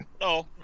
No